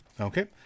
Okay